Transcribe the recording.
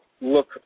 look